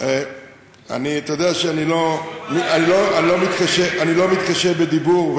אתה יודע שאני לא מתקשה בדיבור.